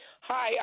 Hi